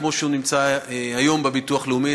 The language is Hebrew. כמו שהוא נמצא היום בביטוח הלאומי,